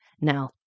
now